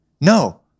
No